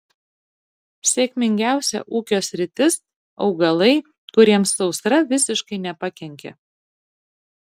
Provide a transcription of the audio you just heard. sėkmingiausia ūkio sritis augalai kuriems sausra visiškai nepakenkė